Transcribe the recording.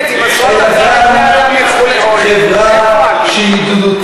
אנחנו מייצרים פה חברה שהיא לא רק הוגנת,